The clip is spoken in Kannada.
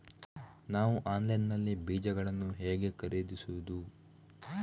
ನಾವು ಆನ್ಲೈನ್ ನಲ್ಲಿ ಬೀಜಗಳನ್ನು ಹೇಗೆ ಖರೀದಿಸುವುದು?